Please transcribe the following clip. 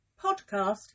podcast